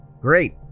Great